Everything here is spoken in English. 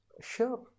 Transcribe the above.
Sure